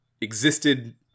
existed